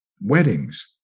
weddings